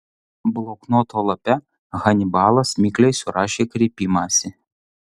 bloknoto lape hanibalas mikliai surašė kreipimąsi